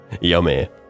Yummy